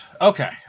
Okay